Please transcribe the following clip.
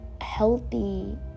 Healthy